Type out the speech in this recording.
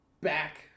back